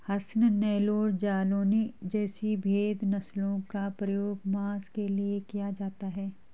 हसन, नेल्लौर, जालौनी जैसी भेद नस्लों का प्रयोग मांस के लिए किया जाता है